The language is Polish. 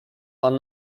pan